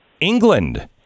England